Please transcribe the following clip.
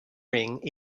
ring